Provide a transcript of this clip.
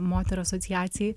moterų asociacijai